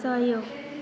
सहयोग